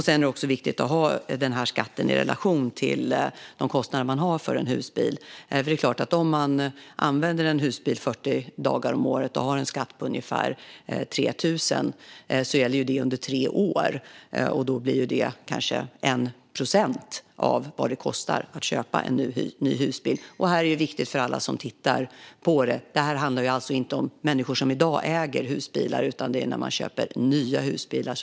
Det är också viktigt att ställa den här skatten i relation till kostnaderna för att ha en husbil. Om man använder en husbil 40 dagar om året och har en skatt på ungefär 3 000 gäller det under tre år. Då blir det kanske 1 procent av vad det kostar att köpa en ny husbil. För alla som tittar på debatten är det viktigt att veta att det här inte handlar om människor som i dag äger husbilar utan om man köper en ny husbil.